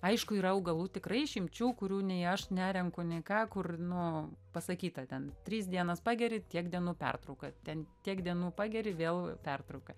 aišku yra augalų tikrai išimčių kurių nei aš nerenku nei ką kur nu pasakyta ten trys dienas pageri tiek dienų pertrauka ten tiek dienų pageri vėl pertrauka